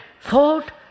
thought